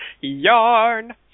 Yarn